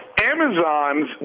Amazon's